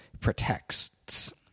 protects